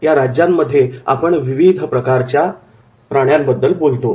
या राज्यांमध्ये आपण विविध प्रकारच्या प्राण्यांबद्दल बोलतो